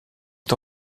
est